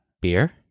Beer